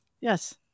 Yes